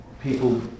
people